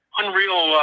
unreal